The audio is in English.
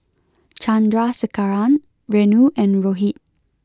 Chandrasekaran Renu and Rohit